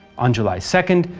on july second,